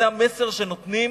זה המסר שנותנים